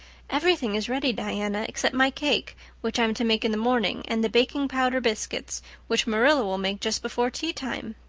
everything is ready, diana, except my cake which i'm to make in the morning, and the baking-powder biscuits which marilla will make just before teatime.